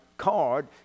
card